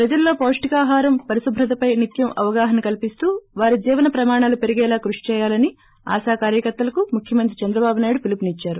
ప్రజల్లో పాష్షికాహారం పరిశుభ్రతపై నిత్యం అవగాహన కల్పిస్తూ వారి జీవన ప్రమాణాలు పెరిగేలా కృషి చేయాలని ఆశా కార్యకర్తలకు ముఖ్యమంత్రి చంద్రబాబు నాయుడు పిలుపునిచ్చారు